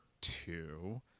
two